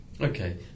Okay